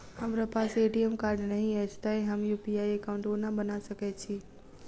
हमरा पास ATM card नहि अछि तए हम यु.पी.आई एकॉउन्ट कोना बना सकैत छी